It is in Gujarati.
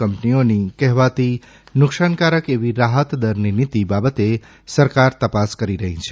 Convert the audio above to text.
કંપનીઓની કહેવાતી નુકશાનકારક એવી રાહત દરની નીતિ બાબતે સરકાર તપાસ કરી રહી છે